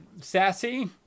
Sassy